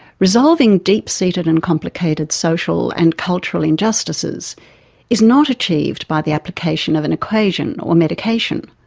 resolving deep seated and complicated social and cultural injustices is not achieved by the application of an equation or medication.